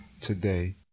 today